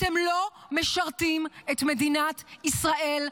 אתם לא משרתים את מדינת ישראל,